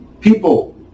People